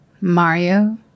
Mario